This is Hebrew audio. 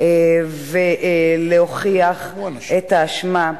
ולהוכיח את האשמה.